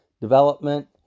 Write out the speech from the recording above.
development